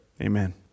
Amen